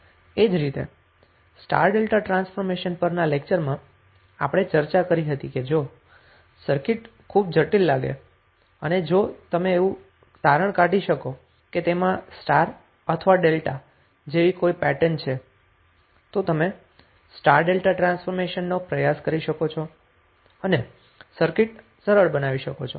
એ જ રીતે star delta transformation પરના લેક્ચરમાં આપણે ચર્ચા કરી હતી કે જો સર્કિટ ખુબ જ જટીલ લાગે અને જો તમે તેવું તારણ કાઢી શકો કે તેમાં સ્ટાર અથવા ડેલ્ટા જેવી કોઈ પેટર્ન છે તો તમે સ્ટાર ડેલ્ટા ટ્રાન્સફોર્મેશન નો પ્રયાસ કરી શકો છો અને સર્કિટ સરળ બનાવી શકો છો